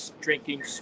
drinking